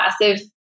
massive